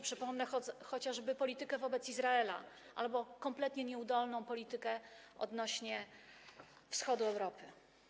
Przypomnę chociażby politykę wobec Izraela albo kompletnie nieudolną politykę odnośnie do wschodu Europy.